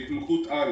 זאת התמחות-על